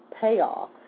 payoff